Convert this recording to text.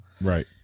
Right